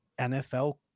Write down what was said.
NFL